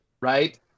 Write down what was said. Right